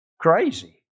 crazy